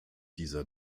dieser